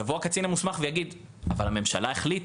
יבוא הקצין המוסמך ויגיד: אבל הממשלה החליטה.